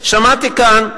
שמעתי כאן,